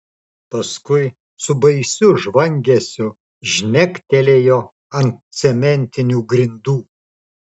paskui su baisiu žvangesiu žnektelėjo ant cementinių grindų